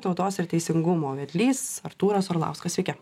tautos ir teisingumo vedlys artūras orlauskas sveiki